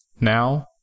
now